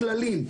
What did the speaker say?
את הכללים,